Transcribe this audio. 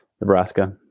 Nebraska